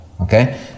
okay